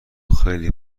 خیلی